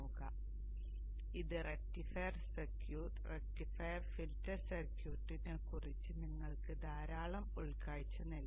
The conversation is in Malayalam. അതിനാൽ ഇത് റക്റ്റിഫയർ സർക്യൂട്ട് റക്റ്റിഫയർ ഫിൽട്ടർ സർക്യൂട്ടിനെക്കുറിച്ച് നിങ്ങൾക്ക് ധാരാളം ഉൾക്കാഴ്ച നൽകും